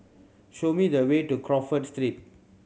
show me the way to Crawford Street